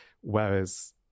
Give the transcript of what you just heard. whereas